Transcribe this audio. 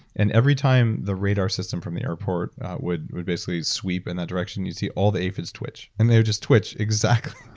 and every time the radar system from the airport would would basically sweep in that direction, you'd see all the aphids twitch, and they would just twitch exactly.